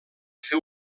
fer